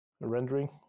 rendering